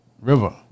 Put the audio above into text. River